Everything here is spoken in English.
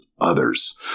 others